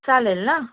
चालेल ना